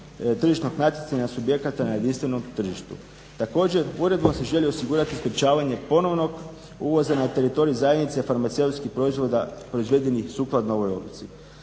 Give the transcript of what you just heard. tržišnog natjecanja subjekata na jedinstvenom tržištu. Također, uredbom se želi osigurati sprečavanje ponovnog uvoza na teritorij zajednice farmaceutskih proizvoda proizvedenih sukladno ovoj odluci.